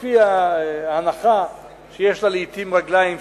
לפי ההנחה שיש לה לעתים רגליים,